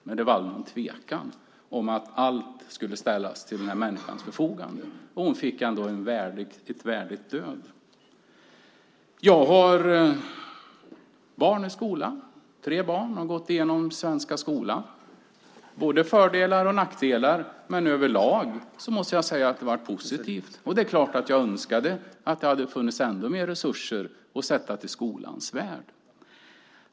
Men det var aldrig någon tvekan om att allt skulle ställas till hennes förfogande, och hon fick ändå en värdig död. Jag har tre barn i skolan och har alltså sett den svenska skolan med både fördelar och nackdelar. Överlag måste jag säga att det har varit positivt. Det är klart att jag önskade att det hade funnits ännu mer resurser att sätta av till skolans värld.